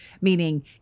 Meaning